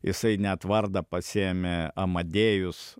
jisai net vardą pasiėmė amadėjus